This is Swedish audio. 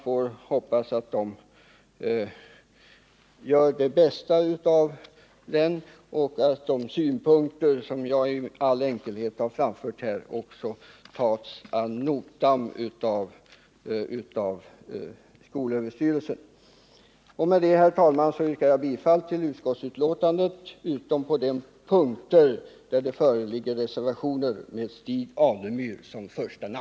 Jag hoppas att man där gör det bästa av den och att de synpunkter som jag i all enkelhet har framfört här också tas ad notam i det arbetet. Med det, herr talman, yrkar jag bifall till utskottets hemställan utom på de punkter där det föreligger reservationer med Stig Alemyr som första